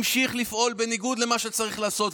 המשיך לפעול בניגוד למה שצריך לעשות.